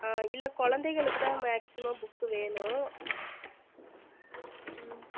ஆ இல்லை குழந்தைங்களுக்குதான் maximum book வேணும் ம்